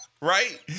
right